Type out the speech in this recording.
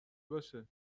باشه